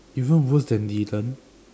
even worse than Dylan